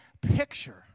picture